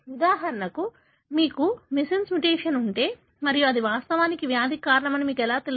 ఉదాహరణకు మీకు missense mutation ఉంటే మరియు అది వాస్తవానికి వ్యాధికి కారణమని మీకు ఎలా తెలుసు